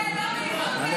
אתם לא עושים כלום.